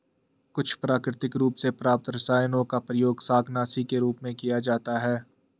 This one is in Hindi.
कुछ प्राकृतिक रूप से प्राप्त रसायनों का प्रयोग शाकनाशी के रूप में किया जाता है